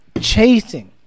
chasing